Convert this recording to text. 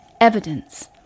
evidence